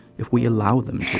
if we allow them